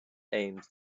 aims